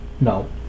No